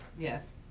yes.